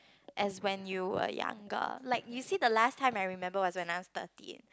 as when you were younger like you see the last time I remember was when I was thirteen